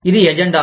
ఇది ఎజెండా